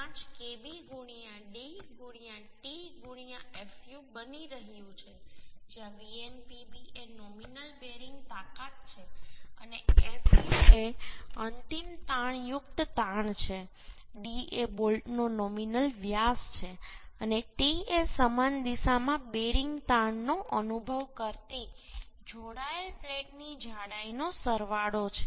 5 Kb d t fu બની રહ્યું છે જ્યાં Vnpb એ નોમિનલ બેરિંગ તાકાત છે અને fu એ અંતિમ તાણયુક્ત તાણ છે d એ બોલ્ટનો નોમિનલ વ્યાસ છે અને t એ સમાન દિશામાં બેરિંગ તાણ નો અનુભવ કરતી જોડાયેલ પ્લેટની જાડાઈનો સરવાળો છે